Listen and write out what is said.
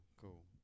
cool